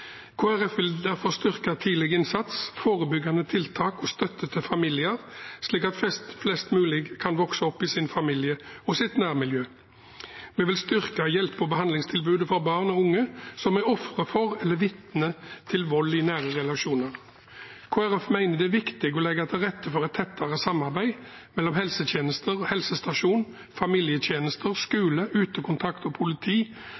vil derfor styrke tidlig innsats, forebyggende tiltak og støtte til familier, slik at flest mulig kan vokse opp i sin familie og sitt nærmiljø. Vi vil styrke hjelpe- og behandlingstilbudet for barn og unge som er ofre for eller vitne til vold i nære relasjoner. Kristelig Folkeparti mener det er viktig å legge til rette for et tettere samarbeid mellom helsetjenester,